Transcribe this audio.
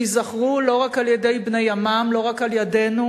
שייזכרו לא רק על-ידי בני עמם, לא רק על-ידינו,